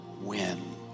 win